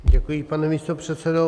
Děkuji, pane místopředsedo.